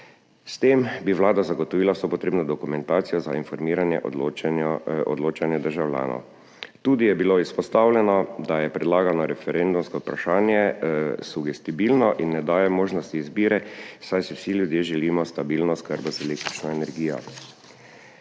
S tem bi vlada zagotovila vso potrebno dokumentacijo za informiranje odločanja državljanov. Izpostavljeno je bilo tudi, da je predlagano referendumsko vprašanje sugestibilno in ne daje možnosti izbire, saj si vsi ljudje želimo stabilne oskrbe z električno energijo.